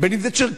בין אם זה צ'רקסי,